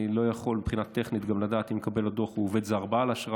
אני לא יכול מבחינה טכנית לדעת אם מקבל הדוח הוא עובד זר בעל אשרה,